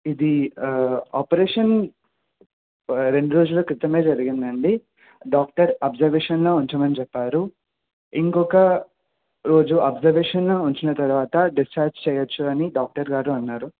ఇది ఆపరేషన్ రెండు రోజుల క్రితమే జరిగిందండి డాక్టర్ అబ్జర్వేషన్లో ఉంచమని చెప్పారు ఇంకొక రోజు అబ్జర్వేషన్లో ఉంచిన తర్వాత డిశ్చార్జ్ చేయవచ్చు అని డాక్టర్ గారు అన్నారు